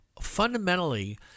fundamentally